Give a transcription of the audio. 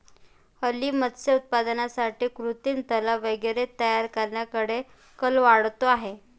हल्ली मत्स्य उत्पादनासाठी कृत्रिम तलाव वगैरे तयार करण्याकडे कल वाढतो आहे